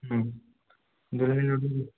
হুম দূরবীন অডিও